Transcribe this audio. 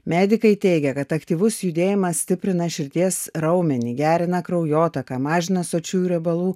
medikai teigia kad aktyvus judėjimas stiprina širdies raumenį gerina kraujotaką mažina sočiųjų riebalų